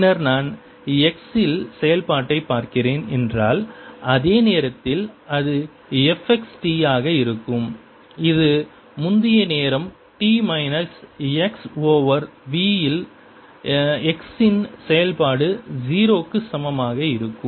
பின்னர் நான் x இல் செயல்பாட்டைப் பார்க்கிறேன் என்றால் அதே நேரத்தில் அது f x t ஆக இருக்கும் இது முந்தைய நேரம் t minus x over v இல் x இன் செயல்பாடு 0 க்கு சமமாக இருக்கும்